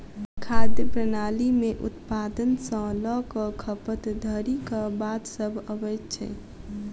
खाद्य प्रणाली मे उत्पादन सॅ ल क खपत धरिक बात सभ अबैत छै